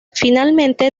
finalmente